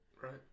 Right